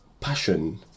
passion